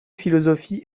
philosophie